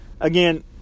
again